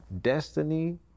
destiny